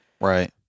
right